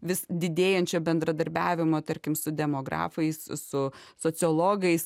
vis didėjančio bendradarbiavimo tarkim su demografais su sociologais